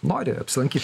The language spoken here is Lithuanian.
nori apsilankyt